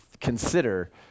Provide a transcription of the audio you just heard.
consider